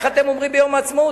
איך אתם אומרים ביום העצמאות?